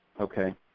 Okay